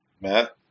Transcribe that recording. matt